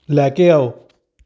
ਲੈ ਕੇ ਆਓ